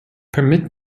permit